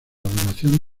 donación